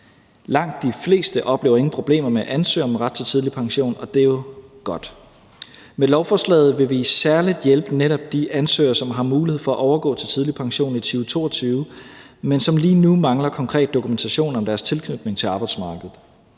Langt de fleste oplever ingen problemer med at ansøge om ret til tidlig pension, og det er jo godt. Med lovforslaget vil vi særlig hjælpe netop de ansøgere, som har mulighed for at overgå til tidlig pension i 2022, men som lige nu mangler konkret dokumentation om deres tilknytning til arbejdsmarkedet.